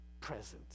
presence